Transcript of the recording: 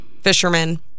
fishermen